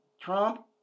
Trump